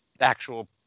actual